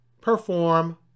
perform